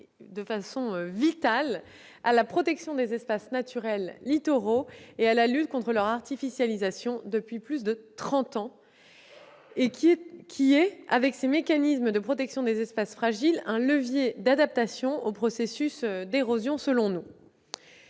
de trente ans, à la protection des espaces naturels littoraux et à la lutte contre leur artificialisation. Elle constitue selon nous, avec les mécanismes de protection des espaces fragiles, un levier d'adaptation aux processus d'érosion. Bien sûr,